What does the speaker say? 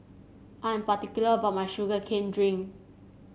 I am particular about my Sugar Cane Juice